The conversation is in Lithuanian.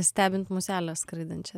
stebint muselę skraidančią